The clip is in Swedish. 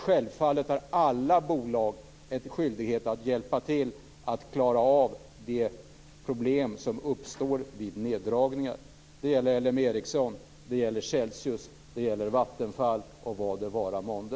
Självfallet har alla bolag en skyldighet att hjälpa till att klara av de problem som uppstår vid neddragningar. Det gäller LM Ericsson, det gäller Celsius, det gäller Vattenfall och vad det vara månde.